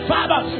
Father